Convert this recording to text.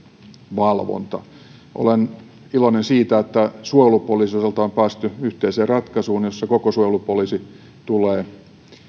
valvonta olen iloinen siitä että suojelupoliisin osalta on päästy yhteiseen ratkaisuun jossa koko suojelupoliisi tulee